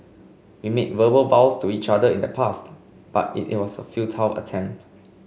we made verbal vows to each other in the past but it was a futile attempt